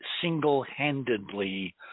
single-handedly –